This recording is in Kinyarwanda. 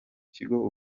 kigo